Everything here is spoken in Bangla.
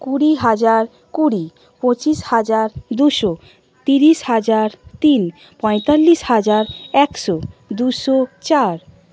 কুড়ি হাজার কুড়ি পঁচিশ হাজার দুশো তিরিশ হাজার তিন পঁয়তাল্লিশ হাজার একশো দুশো চার